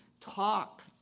Talk